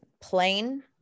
plain